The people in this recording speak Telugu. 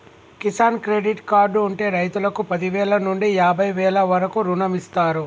కిసాన్ క్రెడిట్ కార్డు ఉంటె రైతుకు పదివేల నుండి యాభై వేల వరకు రుణమిస్తారు